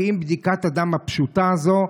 כי אם בדיקת הדם הפשוטה הזו,